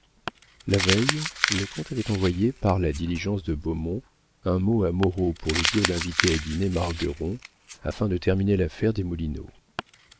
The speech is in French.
la veille le comte avait envoyé par la diligence de beaumont un mot à moreau pour lui dire d'inviter à dîner margueron afin de terminer l'affaire des